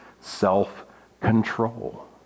self-control